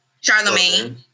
Charlemagne